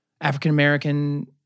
African-American